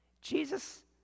Jesus